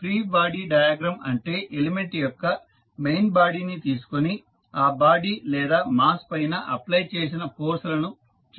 free body diagram అంటే element యొక్క main body ని తీసుకుని ఆ బాడీ లేదా మాస్ పైన అప్ప్లై చేసిన ఫోర్స్ లను చూపిస్తారు